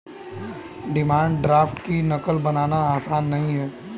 demand draft की नक़ल बनाना आसान नहीं है